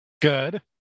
Good